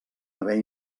haver